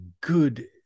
good